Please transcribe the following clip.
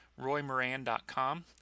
roymoran.com